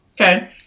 Okay